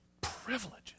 privileges